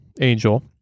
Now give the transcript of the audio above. angel